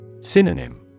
Synonym